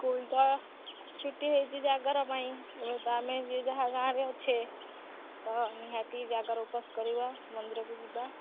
school ତ ଛୁଟି ହୋଇଛି ଜାଗର ପାଇଁ ଏବେ ତ ଆମେ ଯିଏ ଯାହା ଗାଁରେ ଅଛେ ତ ନିହାତି ଜାଗର ଉପାସ କରିବା ମନ୍ଦିରକୁ ଯିବା